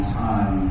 time